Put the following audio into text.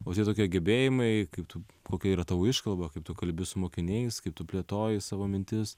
o čia tokie gebėjimai kaip tu kokia yra tavo iškalba kaip tu kalbi su mokiniais kaip tu plėtoji savo mintis